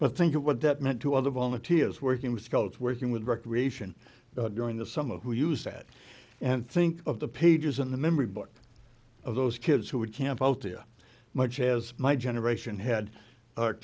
but think of what that meant to other volunteers working with scouts working with recreation during the summer who use that and think of the pages in the memory book of those kids who would camp altea much as my generation had